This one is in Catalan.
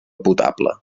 potable